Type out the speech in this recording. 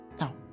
Now